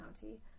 county